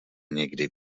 někdy